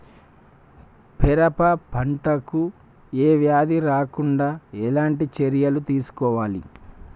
పెరప పంట కు ఏ వ్యాధి రాకుండా ఎలాంటి చర్యలు తీసుకోవాలి?